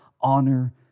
honor